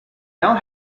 now